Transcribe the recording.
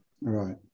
Right